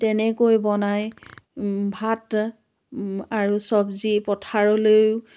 তেনেকৈ বনাই ভাত আৰু চব্জি পথাৰলৈও